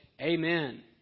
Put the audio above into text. amen